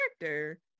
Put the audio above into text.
character